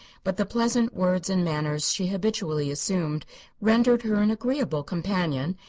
but the pleasant words and manners she habitually assumed rendered her an agreeable companion,